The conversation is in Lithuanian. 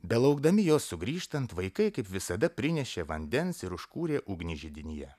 belaukdami jo sugrįžtant vaikai kaip visada prinešė vandens ir užkūrė ugnį židinyje